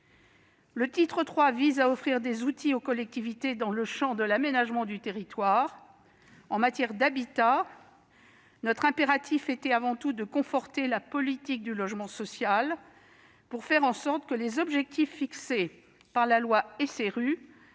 Le titre III vise à offrir des outils aux collectivités dans le champ de l'aménagement du territoire. En matière d'habitat, notre impératif était avant tout de conforter la politique du logement social, pour faire en sorte que les objectifs fixés par la loi